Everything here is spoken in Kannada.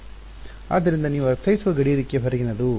ವಿದ್ಯಾರ್ಥಿ ಆದ್ದರಿಂದ ನೀವು ಅರ್ಥೈಸುವ ಗಡಿರೇಖೆ ಹೊರಗಿನದು